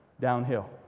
downhill